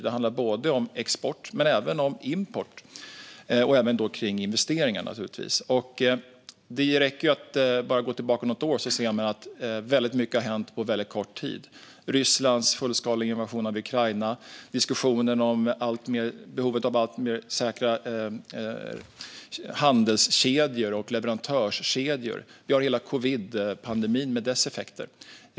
Den handlar om både export och import och naturligtvis även om investeringar. Det räcker att gå tillbaka bara något år för att se att väldigt mycket har hänt på kort tid, med Rysslands fullskaliga invasion av Ukraina, diskussionen om behovet av alltmer säkra handelskedjor och leverantörskedjor samt hela covidpandemin med dess effekter.